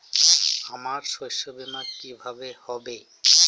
আমার শস্য বীমা কিভাবে হবে?